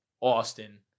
Austin